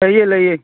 ꯂꯩꯌꯦ ꯂꯩꯌꯦ